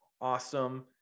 awesome